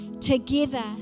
together